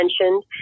mentioned